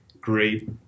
great